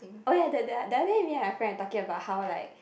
oh ya that that the other day me and my friend were talking about how like